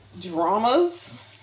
dramas